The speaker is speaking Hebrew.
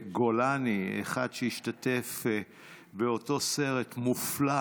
בגולני, אחד שהשתתף באותו סרט מופלא